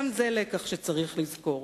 גם זה לקח שצריך לזכור.